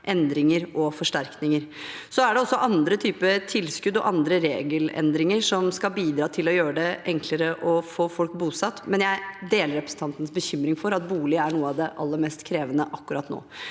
endringer og forsterkninger. Så er det også andre typer tilskudd og andre regelendringer som skal bidra til å gjøre det enklere å få folk bosatt, men jeg deler representantens bekymring for at bolig er noe av det aller mest krevende akkurat nå.